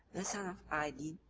the son of aidin,